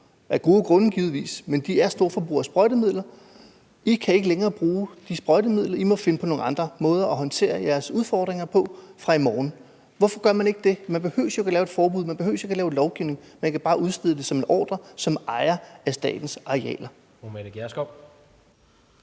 af sprøjtemidler – givetvis af gode grunde – sige: I kan ikke længere bruge de sprøjtemidler; I må finde på nogle andre måder at håndtere jeres udfordringer på fra i morgen. Hvorfor gør man ikke det? Man behøver jo ikke lave et forbud, man behøver ikke lave lovgivning – man kan bare udstede det som en ordre som ejer af statens arealer.